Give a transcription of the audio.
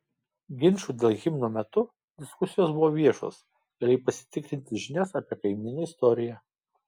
ginčų dėl himno metu diskusijos buvo viešos galėjai pasitikrinti žinias apie kaimyno istoriją